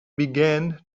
began